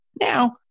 Now